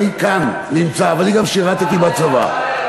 אני כאן נמצא, ואני גם שירתי בצבא.